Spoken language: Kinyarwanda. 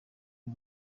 y’u